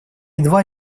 едва